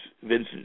Vincent